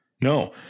No